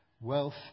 wealth